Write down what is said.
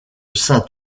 saint